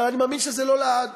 אבל אני מאמין שזה לא לעד